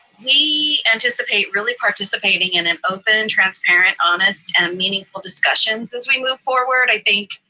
we anticipate really participating in an open, and transparent, honest, and meaningful discussions as we move forward. i think